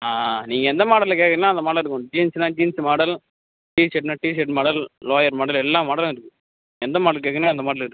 ஆ ஆ நீங்கள் எந்த மாடலில் கேட்கறீங்களோ அந்த மாடலில் இருக்கும் ஜீன்சுன்னால் ஜீன்ஸ் மாடல் டிஷர்ட்ன்னால் டிஷர்ட் மாடல் லோயர் மாடல் எல்லா மாடலும் இருக்குது எந்த மாடல் கேட்கறீங்களோ அந்த மாடல் இருக்குது